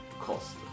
cost